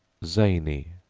zany,